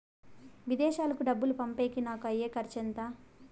విదేశాలకు డబ్బులు పంపేకి నాకు అయ్యే ఖర్చు ఎంత?